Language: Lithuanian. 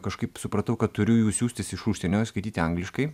kažkaip supratau kad turiu jų siųstis iš užsienio ir skaityti angliškai